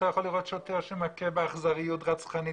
אתה יכול לראות שוטר שמכה באכזריות רצחנית